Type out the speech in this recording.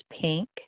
pink